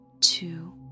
two